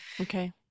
okay